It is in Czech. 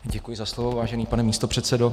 Děkuji za slovo, vážený pane místopředsedo.